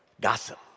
gossip